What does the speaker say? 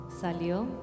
salió